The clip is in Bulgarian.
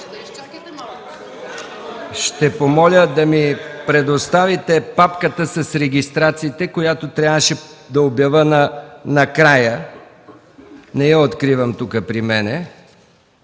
Ще помоля да ми предоставите папката с регистрациите, която трябваше да обявя накрая. Не я откривам тук при мен.